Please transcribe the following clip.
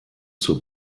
zur